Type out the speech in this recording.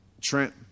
Trent